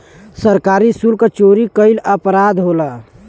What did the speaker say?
सरकारी सुल्क चोरी कईल अपराध होला